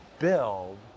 build